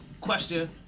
question